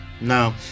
No